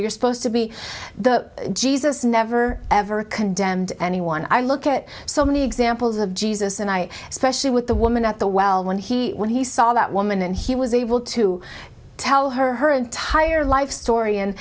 you're supposed to be the jesus never ever condemned anyone i look at so many examples of jesus and i especially with the woman at the well when he when he saw that woman and he was able to tell her her entire life story and